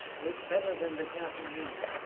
better than the japanese,